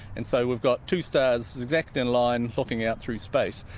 and so we've got two stars exactly in line looking out through space.